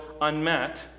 unmet